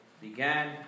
began